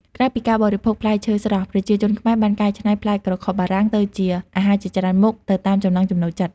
ក្រៅពីការបរិភោគជាផ្លែឈើស្រស់ ប្រជាជនខ្មែរបានកែច្នៃផ្លែក្រខុបបារាំងទៅជាអាហារជាច្រើនមុខ ទៅតាមចំណង់ចំណូលចិត្ត។